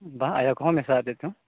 ᱵᱟᱝ ᱟᱭᱳ ᱠᱚᱦᱚᱸ ᱢᱮᱥᱟ ᱟᱨ ᱪᱮᱫ ᱪᱚᱝ